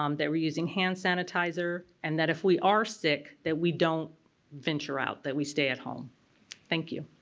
um that we're using hand sanitizer, and that if we are sick that we don't venture out that we stay at home thank you.